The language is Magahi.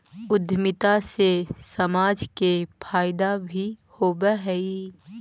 उद्यमिता से समाज के फायदा भी होवऽ हई